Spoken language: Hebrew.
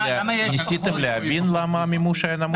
ניסיתם להבין למה המימוש היה נמוך?